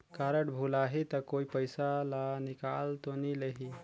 Card भुलाही ता कोई पईसा ला निकाल तो नि लेही?